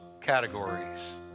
categories